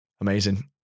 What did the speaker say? Amazing